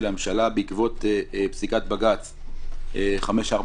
לממשלה בעקבות פסיקת בג"ץ 5469/20,